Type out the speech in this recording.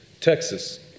Texas